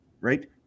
right